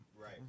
Right